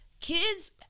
kids –